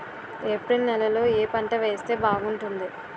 April నెలలో ఏ పంట వేస్తే బాగుంటుంది?